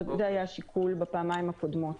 זה היה השיקול בפעמיים הקודמות.